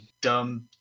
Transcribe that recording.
dumb